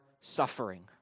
suffering